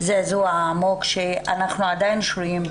מבין מעצם הסיטואציה שאם לא עכשיו יפנו